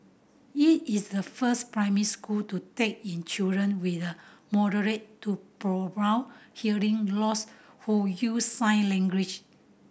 it is the first primary school to take in children with a moderate to profound hearing loss who use sign language